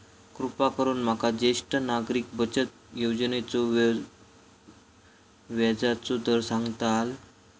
कृपा करून माका ज्येष्ठ नागरिक बचत योजनेचो व्याजचो दर सांगताल